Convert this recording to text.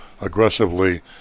aggressively